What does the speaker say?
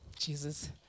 Jesus